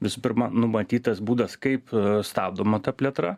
visų pirma numatytas būdas kaip stabdoma ta plėtra